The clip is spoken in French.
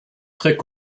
traits